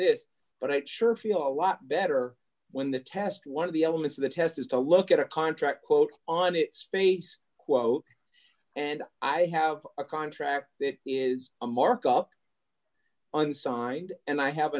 this but i sure feel a lot better when the test one of the elements of the test is to look at a contract quote on its face quote and i have a contract that is a markup on signed and i have